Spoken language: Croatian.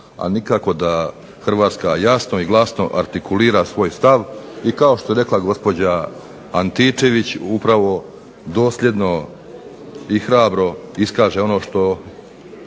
a nikako da Hrvatska jasno i glasno artikulira svoj stav. I kao što je rekla gospođa Antičević upravo dosljedno i hrabro iskaže ono što